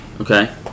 Okay